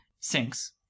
sinks